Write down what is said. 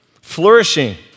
flourishing